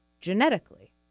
genetically